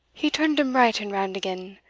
he turn'd him right and round again,